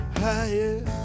higher